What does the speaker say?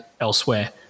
elsewhere